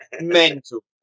mental